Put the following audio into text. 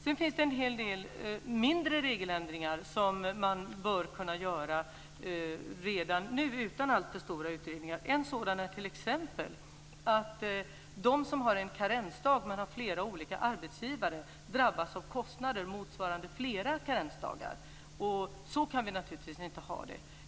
Sedan finns det en hel del mindre regeländringar som man bör kunna göra redan nu, utan alltför stora utredningar. Ett sådant fall är t.ex. att de som har en karensdag men flera olika arbetsgivare drabbas av kostnader motsvarande flera karensdagar. Så kan vi naturligtvis inte ha det.